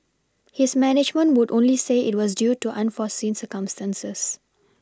his management would only say it was due to unforeseen circumstances